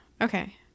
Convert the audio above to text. Okay